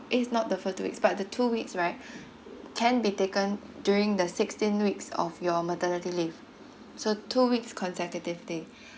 eh it's not the first two weeks but the two weeks right can be taken during the sixteen weeks of your maternity leave so two weeks consecutively